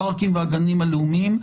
הפארקים והגנים הלאומיים,